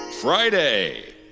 Friday